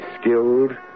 skilled